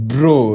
Bro